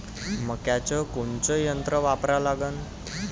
मक्याचं कोनचं यंत्र वापरा लागन?